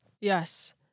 Yes